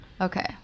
Okay